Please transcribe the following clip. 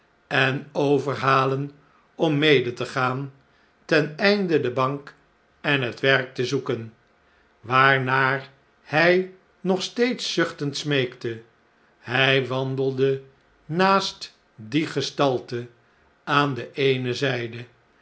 en overhalen om mede te gaan ten einde de bank en het werk te zoeken waarnaar hij nog steeds zuchtend smeekte hij wandelde naast die gestalte aan de eene zjjde